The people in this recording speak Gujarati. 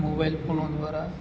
મોબાઈલ ફોનો દ્વારા